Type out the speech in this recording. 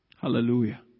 Hallelujah